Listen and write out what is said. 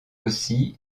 aussi